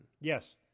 Yes